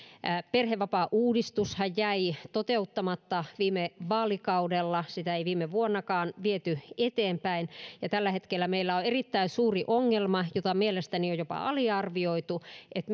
perhevapaauudistushan jäi toteuttamatta viime vaalikaudella sitä ei viime vuonnakaan viety eteenpäin ja tällä hetkellä meillä on se erittäin suuri ongelma jota mielestäni on jopa aliarvioitu että